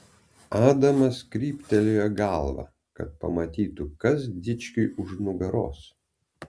adamas kryptelėjo galvą kad pamatytų kas dičkiui už nugaros